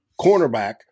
cornerback